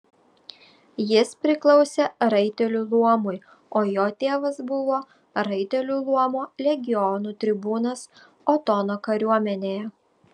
jis priklausė raitelių luomui o jo tėvas buvo raitelių luomo legionų tribūnas otono kariuomenėje